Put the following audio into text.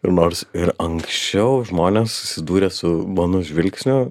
ir nors ir anksčiau žmonės susidūrę su mano žvilgsniu